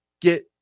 get